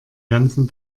ganzen